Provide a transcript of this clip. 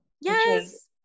Yes